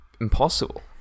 impossible